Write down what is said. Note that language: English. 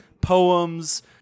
poems